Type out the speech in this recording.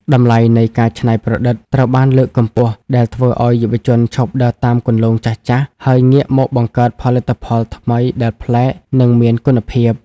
តម្លៃនៃ "ការច្នៃប្រឌិត"ត្រូវបានលើកកម្ពស់ ដែលធ្វើឱ្យយុវជនឈប់ដើរតាមគន្លងចាស់ៗ ហើយងាកមកបង្កើតផលិតផលថ្មីដែលប្លែក និងមានគុណភាព។